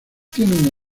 tiene